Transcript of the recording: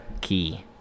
Key